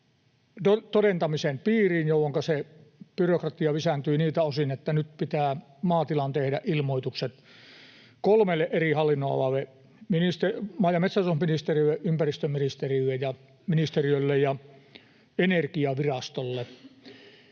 todentamisen piiriin, jolloinka se byrokratia lisääntyy niiltä osin, että nyt pitää maatilan tehdä ilmoitukset kolmelle eri hallinnonalalle: maa- ja metsätalousministeriölle ja ympäristöministeriölle ja Energiavirastolle.